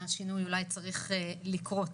השינוי אולי צריך לקרות,